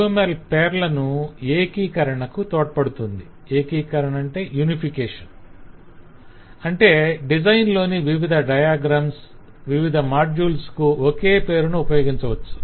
UML పేర్లు ఎకీకరణ కు తోడ్పడుతుంది - అంటే డిజైన్ లోని వివిధ డయాగ్రమ్స్ వివిధ మాడ్యుల్స్ కు ఒకే పేరును ఉపయోగించవచ్చు